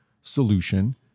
solution